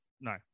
no